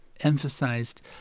emphasized